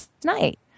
tonight